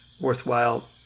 worthwhile